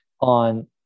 on